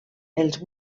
els